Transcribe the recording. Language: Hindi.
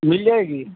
मिल जाएगी